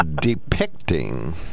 depicting